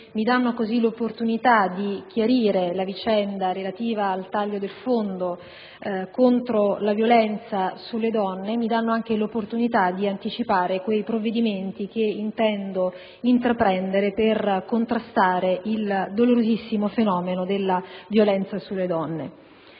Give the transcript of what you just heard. mi danno così l'opportunità di chiarire la vicenda relativa al taglio del fondo contro la violenza sulle donne e di anticipare quei provvedimenti che intendo intraprendere per contrastare il dolorosissimo fenomeno della violenza sulle donne.